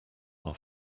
are